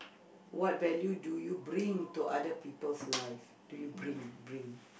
what value do you bring to other people's life do you bring bring